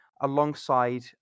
alongside